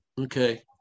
okay